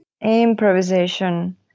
Improvisation